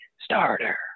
starter